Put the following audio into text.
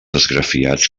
esgrafiats